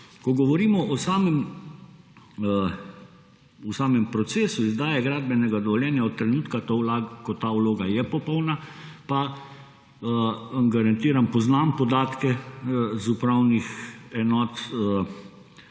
ko govorimo o samem procesu izdaje gradbenega dovoljenja od trenutka, ko je ta vloga popolna, pa vam garantiram, poznam podatke iz upravnih enot